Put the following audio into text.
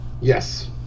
Yes